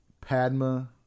Padma